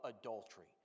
adultery